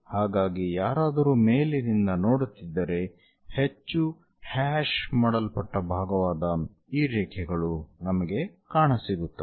ಹಾಗಾಗಿ ಯಾರಾದರೂ ಮೇಲಿನಿಂದ ನೋಡುತ್ತಿದ್ದರೆ ಹೆಚ್ಚು ಹ್ಯಾಶ್ ಮಾಡಲ್ಪಟ್ಟ ಭಾಗವಾದ ಈ ರೇಖೆಗಳು ನಮಗೆ ಕಾಣಸಿಗುತ್ತವೆ